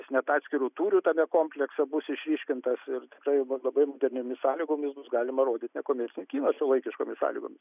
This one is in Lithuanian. jis net atskiru tūriu tame komplekse bus išryškintas ir tikrai bus labai moderniomis sąlygomis bus galima rodyt nekomercinį kiną šiuolaikiškomis sąlygomis